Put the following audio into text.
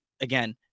again